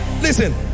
Listen